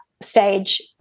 stage